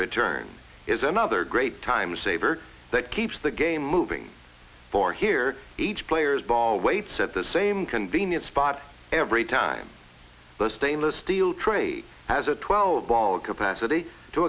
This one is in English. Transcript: return is another great time saver that keeps the game moving for here each players ball waits at the same convenient spot every time the stainless steel tray has a twelve ball capacity to